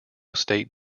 state